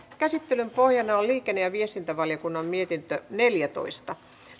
käsittelyn pohjana on liikenne ja viestintävaliokunnan mietintö neljätoista